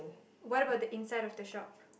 what about the inside of the shop